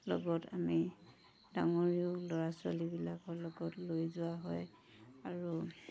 লগত আমি ডাঙৰেও ল'ৰা ছোৱালীবিলাকৰ লগত লৈ যোৱা হয় আৰু